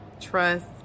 Trust